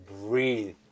breathe